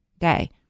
day